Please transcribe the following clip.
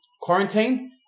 quarantine